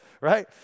right